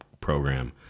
program